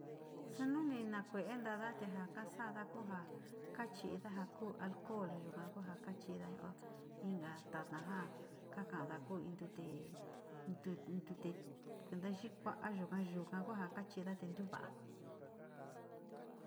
Xanone ndakué xanda'á tenja xanda nakoja, kachi ndaja ko'ó alcohol ña yinjuan kachindá inka tatá ján kakan ndako iin tuté nrute ndute ñaxhikoá ayuu ayikuan ngua kachinda kuu vá'a.